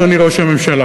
אדוני ראש הממשלה,